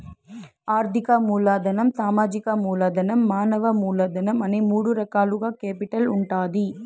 ఆర్థిక మూలధనం, సామాజిక మూలధనం, మానవ మూలధనం అనే మూడు రకాలుగా కేపిటల్ ఉంటాది